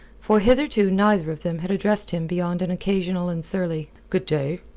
for hitherto neither of them had addressed him beyond an occasional and surly good-day!